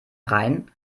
rhein